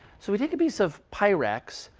so we take a piece of pyrex,